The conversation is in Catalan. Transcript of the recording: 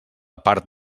part